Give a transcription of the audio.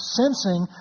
sensing